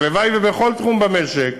הלוואי שבכל תחום במשק,